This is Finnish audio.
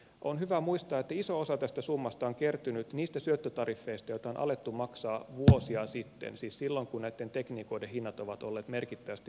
on hyvä muistaa että iso osa tästä summasta on kertynyt niistä syöttötariffeista joita on alettu maksaa vuosia sitten siis silloin kun näitten tekniikoiden hinnat ovat olleet merkittävästi nykyistä korkeammat